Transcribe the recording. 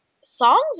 songs